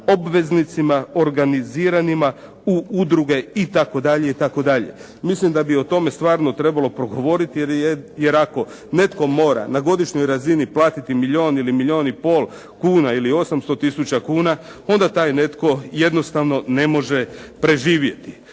obveznicima organiziranima u udruge itd. itd. Mislim da bi o tome stvarno trebalo progovoriti, jer ako netko mora na godišnjoj razini platiti milijun ili milijun i pol kuna ili 800000 kuna onda taj netko jednostavno ne može preživjeti.